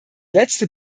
letzte